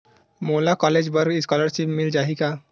मोला कॉलेज बर स्कालर्शिप मिल जाही का?